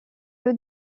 peu